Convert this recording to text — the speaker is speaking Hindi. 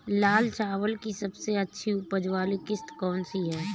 लाल चावल की सबसे अच्छी उपज वाली किश्त कौन सी है?